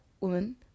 woman